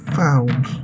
found